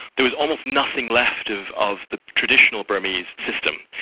there was almost nothing left of of the traditional burmese system.